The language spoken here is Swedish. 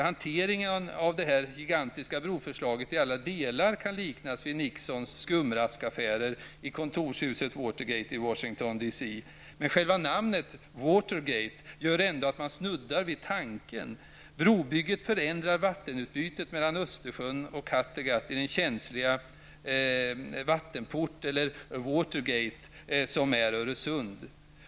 Hanteringen av detta gigantiska broförslag kan kanske inte i alla delar liknas vid Nixons skumraskaffärer i kontorshuset Watergate i Washington DC, men själva namnet, Watergate, gör ändå att man snuddar vid tanken. Östersjön och Kattegatt i den känsliga vattenport, eller Watergate, som är Öresund.